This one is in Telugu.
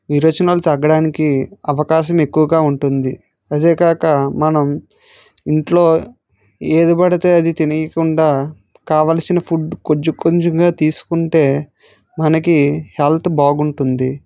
విరేచనాలు తగ్గడానికి అవకాశం ఎక్కువగా ఉంటుంది అదేకాక మనం ఇంట్లో ఏది పడితే అది తినేయకుండా కావాల్సిన ఫుడ్ కొంచెం కొంచెంగా తీసుకుంటే మనకి హెల్త్ బాగుంటుంది